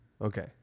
Okay